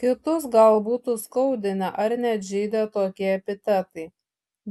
kitus gal būtų skaudinę ar net žeidę tokie epitetai